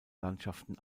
landschaften